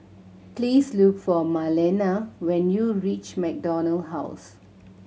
please look for Marlena when you reach MacDonald House